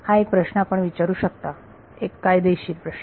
हा एक प्रश्न आपण विचारू शकता एक कायदेशीर प्रश्न